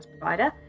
provider